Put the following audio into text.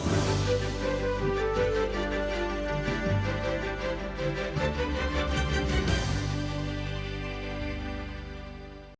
Дякую,